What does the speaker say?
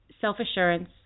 self-assurance